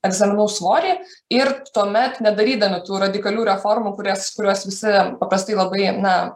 egzaminų svorį ir tuomet nedarydami tų radikalių reformų kurias kuriuos visi paprastai labai na